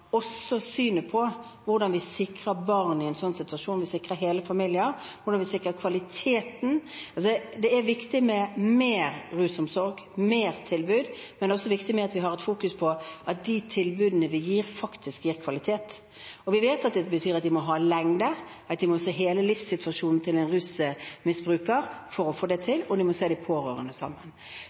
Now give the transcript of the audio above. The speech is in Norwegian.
på hvordan vi sikrer barn i en slik situasjon, hvordan vi sikrer hele familier, og hvordan vi sikrer kvaliteten. Det er viktig med mer rusomsorg og flere tilbud. Det er også viktig å fokusere på at de tilbudene vi gir, faktisk gir kvalitet. Vi vet det betyr at de må ha en viss lengde, at man må se hele livssituasjonen til en rusmisbruker for å få det til, og man må se de pårørende sammen.